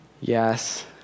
Yes